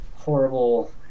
horrible